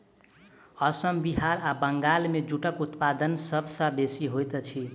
असम बिहार आ बंगाल मे जूटक उत्पादन सभ सॅ बेसी होइत अछि